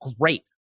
great